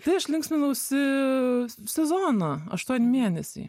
tai aš linksminausi sezoną aštuoni mėnesiai